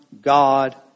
God